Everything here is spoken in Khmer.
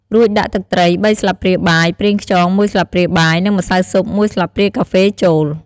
រួចដាក់ ទឹកត្រី ៣ ស្លាបព្រាបាយ ប្រេងខ្យង ១ ស្លាបព្រាបាយ និង ម្សៅស៊ុប ១ ស្លាបព្រាកាហ្វេ ចូល។